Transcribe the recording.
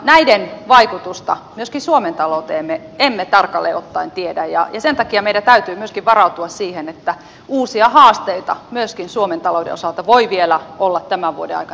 näiden vaikutusta myöskin suomen talouteen emme tarkalleen ottaen tiedä ja sen takia meidän täytyy myöskin varautua siihen että uusia haasteita myöskin suomen talouden osalta voi vielä olla tämän vuoden aikana edessä